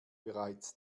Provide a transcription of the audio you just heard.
bereits